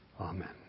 Amen